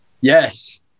Yes